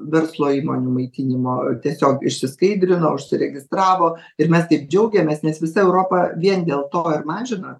verslo įmonių maitinimo tiesiog išsiskaidrino užsiregistravo ir mes tik džiaugiamės nes visa europa vien dėl to ir mažina